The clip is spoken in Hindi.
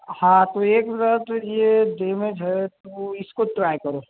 हाँ तो एक मिनट ये डैमेज है तो इसको ट्राइ करो